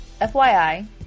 FYI